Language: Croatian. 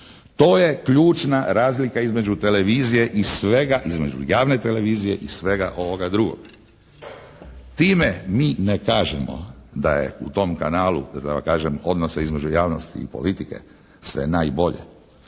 To je ključna razlika između televizije i svega između javne televizije i svega ovoga drugoga. Time mi ne kažemo da je u tom kanalu da tako kažem odnosa između javnosti i politike sve najbolje.